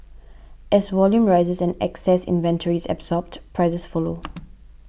as volume rises and excess inventory is absorbed prices follow